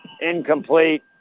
incomplete